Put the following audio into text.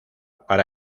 para